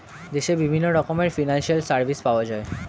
দেশে বিভিন্ন রকমের ফিনান্সিয়াল সার্ভিস পাওয়া যায়